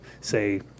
say